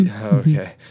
Okay